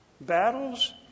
battles